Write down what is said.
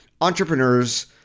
entrepreneurs